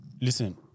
listen